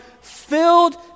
filled